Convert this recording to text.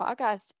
podcast